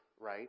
right